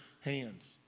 hands